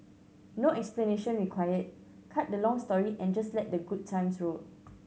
no explanation required cut the long story and just let the good times roll